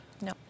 No